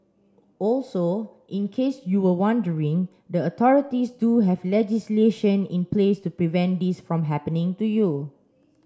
also in case you were wondering the authorities do have legislation in place to prevent this from happening to you